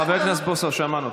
חבר הכנסת בוסו, שמענו.